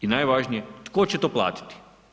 I najvažnije, tko će to platiti?